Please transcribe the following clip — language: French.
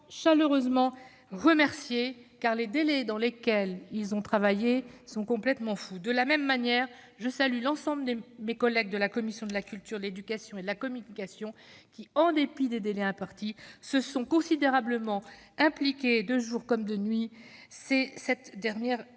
chaleureusement remerciés, car les délais qu'ils ont eus pour travailler étaient complètement fous. De la même manière, je salue l'ensemble de mes collègues de la commission de la culture, de l'éducation et de la communication, qui, en dépit des délais impartis, se sont considérablement impliqués, de jour comme de nuit, ces sept dernières